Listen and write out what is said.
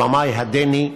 הבמאי הדני,